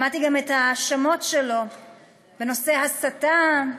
שמעתי גם את ההאשמות שלו בנושא הסתה,